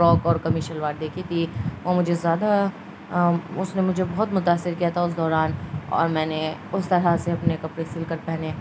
frock اور کمی شلوار دیکھی تھی وہ مجھے زیادہ اس نے مجھے بہت متاثر کیا تھا اس دوران اور میں نے اس طرح سے اپنے کپڑے سل کر پہنے